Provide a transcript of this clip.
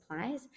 supplies